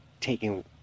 taking